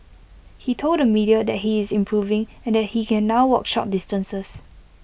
he told the media that he is improving and that he can now walk short distances